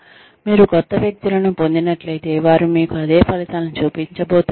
మీరు క్రొత్త వ్యక్తులను పొందినట్లయితే వారు మీకు అదే ఫలితాలను చూపించబోతున్నారా